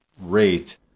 rate